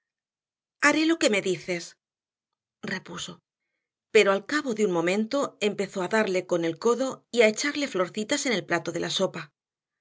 haré lo que me dices repuso pero al cabo de un momento empezó a darle con el codo y a echarle florcitas en el plato de la sopa